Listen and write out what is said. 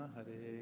Hare